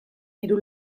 hiru